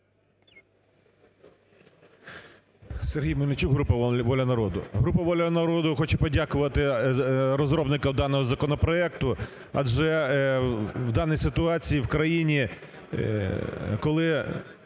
Сергій Мельничук, група "Воля народу". Група "Воля народу" хоче подякувати розробникам даного законопроекту, адже в даній ситуації в країні, коли